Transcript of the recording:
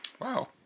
Wow